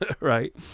Right